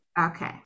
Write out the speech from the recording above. Okay